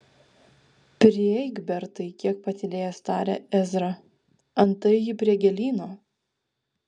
prieik bertai kiek patylėjęs tarė ezra antai ji prie gėlyno